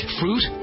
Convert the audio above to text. fruit